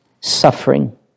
suffering